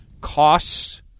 costs